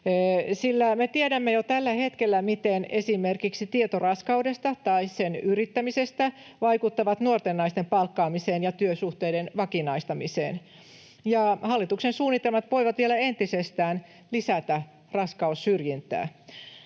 sillä me tiedämme jo tällä hetkellä, miten esimerkiksi tieto raskaudesta tai sen yrittämisestä vaikuttaa nuorten naisten palkkaamiseen ja työsuhteiden vakinaistamiseen. Hallituksen suunnitelmat voivat vielä entisestään lisätä raskaussyrjintää.